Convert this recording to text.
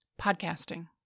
podcasting